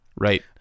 Right